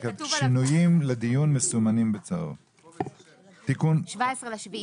התיקון של סעיף 4ו. סעיף 4ו מדבר על נכה שזכאי